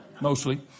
mostly